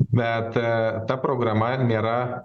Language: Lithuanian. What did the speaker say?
bet ta programa nėra